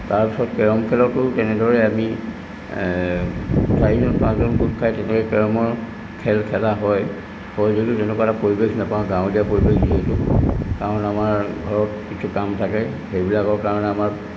তাৰপিছত কেৰম খেলতো তেনেদৰে আমি চাৰিজন পাঁচজন গোট খাই তেনেকৈ কেৰমৰ খেল খেলা হয় হয় যদিও তেনেকুৱা এটা পৰিৱেশ নাপাওঁ গাঁৱলীয়া পৰিৱেশ যিহেতু কাৰণ আমাৰ ঘৰত কিছু কাম থাকে সেইবিলাকৰ কাৰণে আমাৰ